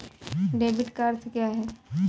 Debit का अर्थ क्या है?